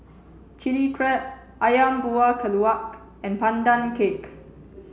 Chilli Crab Ayam Buah Keluak and Pandan Cake